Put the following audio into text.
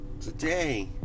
today